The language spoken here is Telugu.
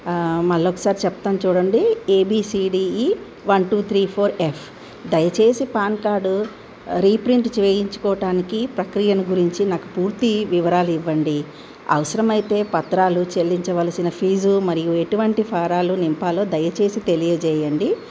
మళ్ళీ ఒకసారి చెప్తాను చూడండి A B C D E one two three four F దయచేసి పాన్ కార్డు రీప్రింట్ చేయించుకోవటానికి ప్రక్రియను గురించి నాకు పూర్తి వివరాలు ఇవ్వండి అవసరమైతే పత్రాలు చెల్లించవలసిన ఫీజు మరియు ఎటువంటి ఫారాలు నింపాలో దయచేసి తెలియజేయండి